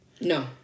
No